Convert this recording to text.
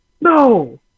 No